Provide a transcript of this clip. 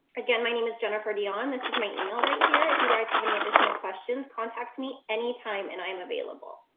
again my name is jennifer dionne this is my email right here if you guys have any additional questions contact me anytime and i am available.